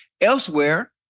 elsewhere